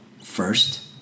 first